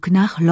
nach